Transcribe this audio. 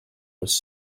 was